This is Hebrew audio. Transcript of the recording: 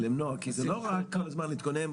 כי זה לא רק כל הזמן להתגונן,